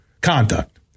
conduct